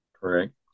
Correct